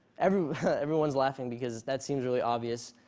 everyone's everyone's laughing because that seems really obvious.